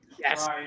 Yes